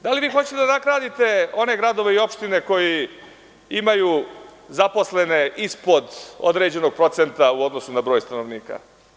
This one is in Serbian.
Da li hoćete da nagradite one gradove i opštine koji imaju zaposlene ispod određenog procenta u odnosu na broj stanovnika?